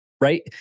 right